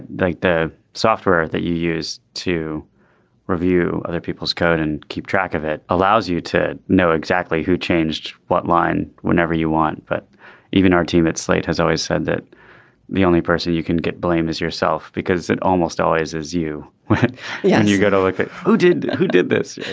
like the software that you use to review other people's code and keep track of it allows you to know exactly who changed what line whenever you want. but even our team at slate has always said that the only person you can get blame is yourself, because it almost always gives you when yeah you got to look at who did who did this.